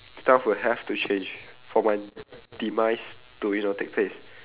stuff would have to change for my demise to you know take place